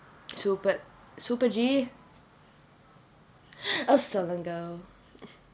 super super G err southern go